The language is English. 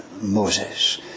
Moses